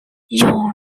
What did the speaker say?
john